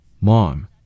Mom